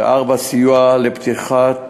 4. סיוע לפתיחת